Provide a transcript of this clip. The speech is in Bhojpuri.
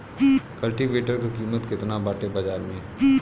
कल्टी वेटर क कीमत केतना बाटे बाजार में?